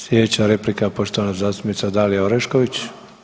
Sljedeća replika, poštovana zastupnica Dalija Orešković.